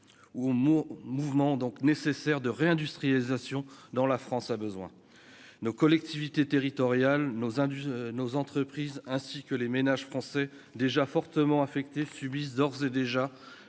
ou mon mouvement donc nécessaire de réindustrialisation dans la France a besoin nos collectivités territoriales, nos industries, nos entreprises ainsi que les ménages français, déjà fortement affecté subissent d'ores et déjà